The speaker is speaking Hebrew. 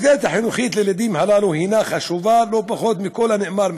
המסגרת החינוכית לילדים הללו חשובה לא פחות מכל הנאמר,